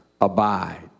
abide